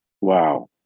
Wow